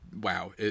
wow